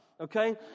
okay